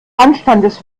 anstandes